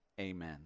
amen